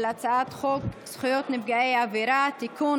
על הצעת חוק זכויות נפגעי עבירה (תיקון,